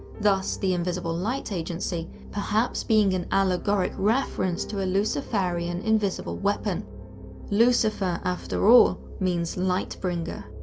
thus, the invisible light agency, perhaps being an allegorical reference to a luciferian invisible weapon lucifer after all means light-bringer.